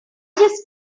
just